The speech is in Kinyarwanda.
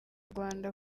rwanda